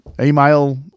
email